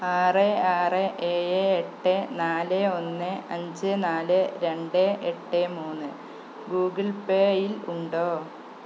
ആറ് ആറ് ഏഴ് എട്ട് നാല് ഒന്ന് അഞ്ച് നാല് രണ്ട് എട്ട് മൂന്ന് ഗൂഗിൾ പേയിൽ ഉണ്ടോ